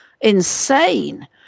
insane